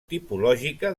tipològica